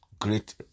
great